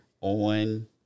on